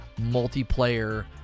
multiplayer